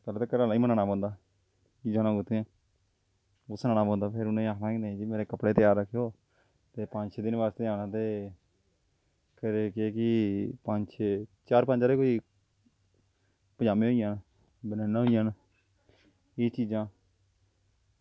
मतलब कि घरै आह्लें गी मनाना पौंदा जाना कु'त्थें ऐं ओह् सनाना पौंदा फिर उ'नें आखना कि नेईं जी मेरे कपड़े त्यार रक्खेओ ते पंज छे दिन बास्तै जाना ते फिर एह् केह् ऐ कि पंज छे चार पंज हारे कोई पज़ामें होई जान बनैनां होई जान एह् चीज़ां